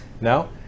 No